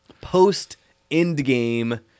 post-Endgame